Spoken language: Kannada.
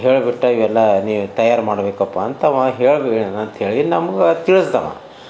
ಹೇಳ್ಬಿಟ್ಟು ಇವೆಲ್ಲ ನೀವು ತಯಾರು ಮಾಡಬೇಕಪ್ಪ ಅಂತ ಅವ ಹೇಳಿ ಹೋಗ್ಯಾನ ಅಂಥೇಳಿ ನಮ್ಗೆ ತಿಳಿಸ್ದವ